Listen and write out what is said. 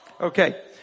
Okay